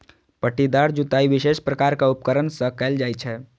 पट्टीदार जुताइ विशेष प्रकारक उपकरण सं कैल जाइ छै